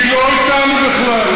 היא לא איתנו בכלל,